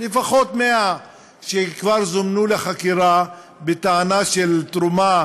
לפחות 100 שכבר זומנו לחקירה, בטענה של תרומה